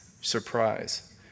Surprise